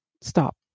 stop